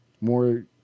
more